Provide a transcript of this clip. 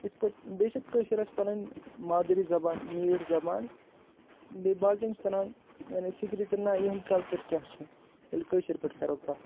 یِتھ پٲٹھۍ بییہِ چھِ کٲشر اسہِ پَنٕنۍ مادری زَبان میٖٹھ زَبان بییہِ باقِیَن چھِ تَران یعنی فِکرِ تہِ نہ یُہُنٛد کَلچر کیاہ چھُ ییٚلہِ کٲشِر پٲٹھۍ کَرو کَتھ